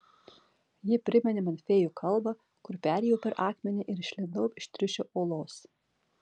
ji priminė man fėjų kalvą kur perėjau per akmenį ir išlindau iš triušio olos